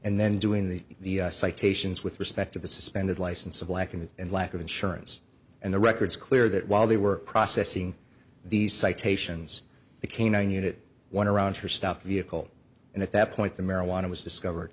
and then doing the citations with respect to the suspended license of lacking and lack of insurance and the records clear that while they were processing these citations the canine unit one around her stopped vehicle and at that point the marijuana was discovered